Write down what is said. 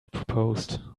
proposed